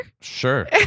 Sure